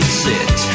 sit